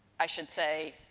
i should say,